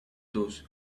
those